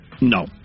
No